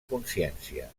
consciència